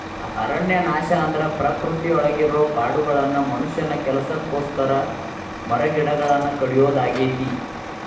ಅರಣ್ಯನಾಶ ಅಂದ್ರ ಪ್ರಕೃತಿಯೊಳಗಿರೋ ಕಾಡುಗಳನ್ನ ಮನುಷ್ಯನ ಕೆಲಸಕ್ಕೋಸ್ಕರ ಮರಗಿಡಗಳನ್ನ ಕಡಿಯೋದಾಗೇತಿ